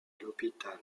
l’hôpital